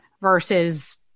versus